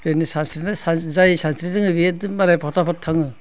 बेनिखायना सानस्रिनाय जाय सानस्रिनो रोङो बियो मालाय फथाफद थाङो